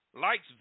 likes